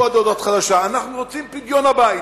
אנחנו עושים הכול כדי להחזיק אותו.